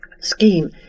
scheme